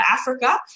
Africa